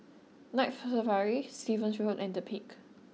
Night Safari Stevens Road and The Peak